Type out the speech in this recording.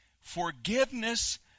forgiveness